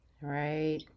right